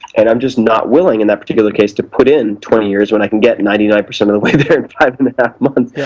and i'm just not willing in that particular case to put in twenty years when i can get ninety nine percent of the way there in five and a half months,